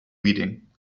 reading